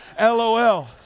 LOL